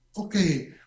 okay